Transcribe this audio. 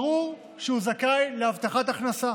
ברור שהוא זכאי להבטחת הכנסה,